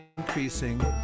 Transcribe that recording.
Increasing